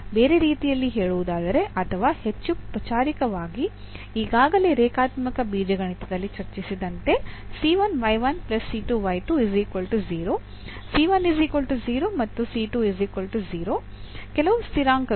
ಬೇರೆ ರೀತಿಯಲ್ಲಿ ಹೇಳುವುದಾದರೆ ಅಥವಾ ಹೆಚ್ಚು ಪಚಾರಿಕವಾಗಿ ಈಗಾಗಲೇ ರೇಖಾತ್ಮಕ ಬೀಜಗಣಿತದಲ್ಲಿ ಚರ್ಚಿಸಿದಂತೆ ಮತ್ತು ಕೆಲವು ಸ್ಥಿರಾಂಕಗಳು